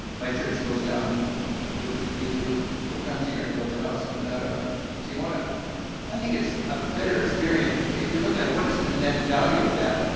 my church goes down with the youth group four times a year and builds a house in tijuana i think it's a better experience, if you're looking at what is the net value of that,